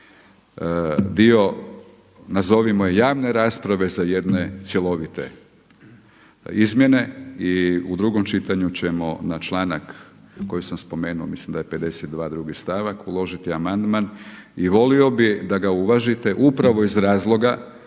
dio nazovimo javne rasprave za jedne cjelovite izmjene. I u drugom čitanju ćemo na članak koji sam spomenuo mislim da je 52. 2. stavak uložiti amandman i volio bi da ga uvažite upravo iz razloga